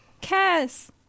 Cass